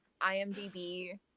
IMDb